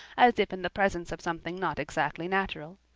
as if in the presence of something not exactly natural.